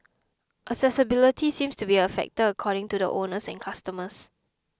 accessibility seems to be a factor according to the owners and customers